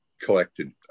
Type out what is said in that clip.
collected